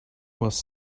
was